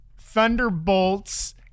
Thunderbolts